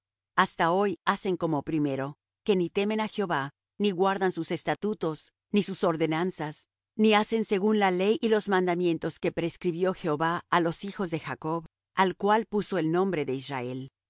hasta hoy hacen como primero que ni temen á jehová ni guardan sus estatutos ni sus ordenanzas ni hacen según la ley y los mandamientos que prescribió jehová á los hijos de jacob al cual puso el nombre de israel